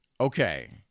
Okay